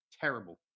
terrible